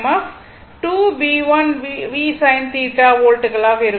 F 2 Bl v sin θ வோல்ட்டுகளாக இருக்கும்